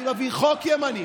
אני מביא חוק ימני,